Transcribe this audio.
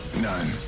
None